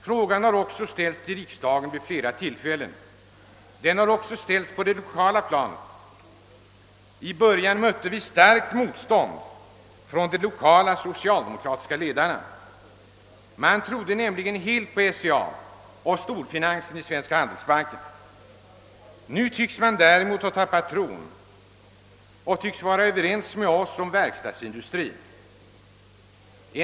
Frågan har förts fram i riksdagen vid flera tillfällen och den har även förts fram på det lokala planet. I början mötte vi starkt motstånd från de lokala socialdemokratiska ledarna. De trodde nämligen helt på SCA och storfinansen i Svenska handelsbanken. Nu tycks de däremot ha tappat tron och vara överens med oss om att en verkstadsindustri är lämplig.